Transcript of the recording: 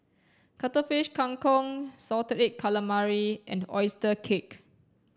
cuttlefish kang kong salted egg calamari and oyster cake